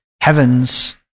heaven's